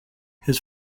his